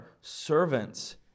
servants